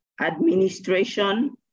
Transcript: administration